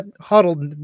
huddled